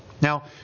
Now